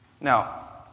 Now